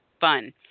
fun